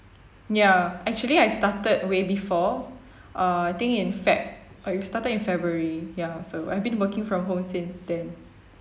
ya actually I started way before uh I think in feb~ I started in february ya so I've been working from home since then